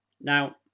Now